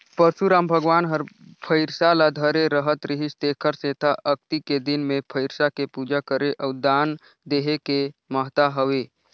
परसुराम भगवान हर फइरसा ल धरे रहत रिहिस तेखर सेंथा अक्ती के दिन मे फइरसा के पूजा करे अउ दान देहे के महत्ता हवे